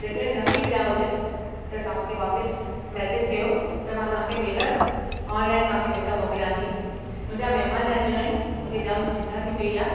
जेके न बि मिलिया हुजनि त तव्हांखे वापसि मैसेज कयो त मां तव्हां खे ॿेहरि ऑनलाइन तव्हां खे पैसा मोकिलियां थी मुंहिंजा महिमान अचिणा आहिनि मूंखे जामु चिंता थी पई आहे